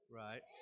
right